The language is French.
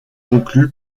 conclue